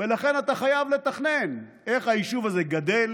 ולכן אתה חייב לתכנן איך היישוב הזה גדל,